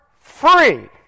free